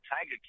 Tiger